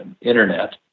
internet